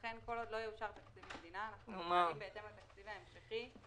לכן כל עוד לא יאושר תקציב מדינה אנחנו פועלים בהתאם לתקציב ההמשכי,